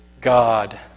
God